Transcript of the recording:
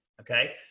Okay